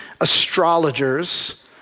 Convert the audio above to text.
astrologers